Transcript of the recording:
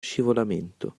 scivolamento